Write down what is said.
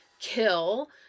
kill